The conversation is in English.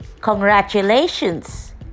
Congratulations